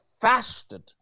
fasted